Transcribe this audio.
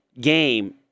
game –